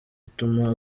ituma